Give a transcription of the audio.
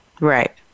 Right